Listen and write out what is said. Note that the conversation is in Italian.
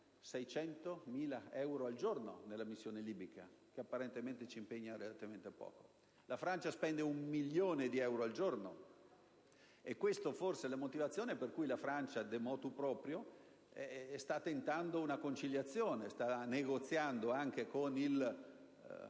600.000 euro al giorno nella missione libica, che apparentemente ci impegna relativamente poco; la Francia spende un milione di euro al giorno. Questa è forse la motivazione per cui la Francia, *motu* *proprio*, sta tentando una conciliazione e sta negoziando con il